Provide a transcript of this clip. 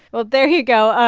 well, there you go.